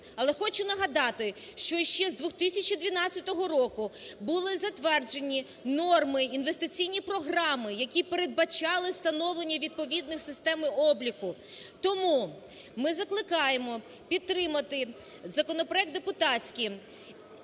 Але хочу нагадати, що ще з 2012 року були затверджені норми, інвестиційні програми, які передбачали встановлення відповідної системи обліку. Тому ми закликаємо підтримати законопроект депутатський.